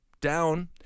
down